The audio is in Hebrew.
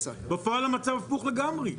נוספים, בפועל המצב הפוך לגמרי.